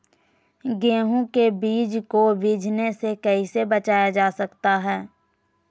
गेंहू के बीज को बिझने से कैसे बचाया जा सकता है?